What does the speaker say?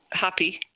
happy